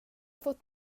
fått